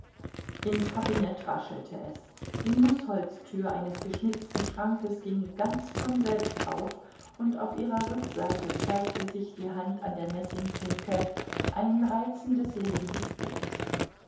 im kabinett raschelte es die nußholztür eines geschnitzten schrankes ging ganz von selbst auf und auf ihrer rückseite zeigte sich die hand an der messingklinke ein reizendes lebendes bild